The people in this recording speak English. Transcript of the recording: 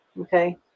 Okay